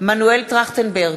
מנואל טרכטנברג,